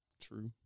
True